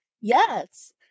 Yes